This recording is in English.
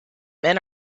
men